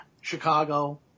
Chicago